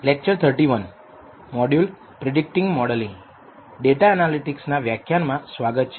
data analytics ના વ્યાખ્યાનમાં સ્વાગત છે